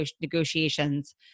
negotiations